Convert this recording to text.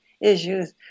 issues